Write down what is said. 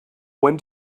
when